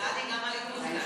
סעדי, גם הליכוד כאן.